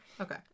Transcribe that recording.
Okay